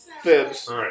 Fibs